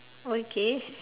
okay